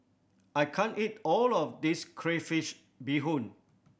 I can't eat all of this crayfish beehoon